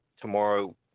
tomorrow